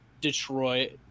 Detroit